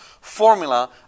formula